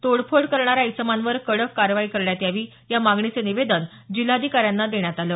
तोडफोड करणाऱ्या इसमांवर कडक कारवाई करण्यात यांनी या मागणीचं निवेदन जिल्हाधिकाऱ्यांना देण्यात आलं